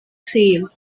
sale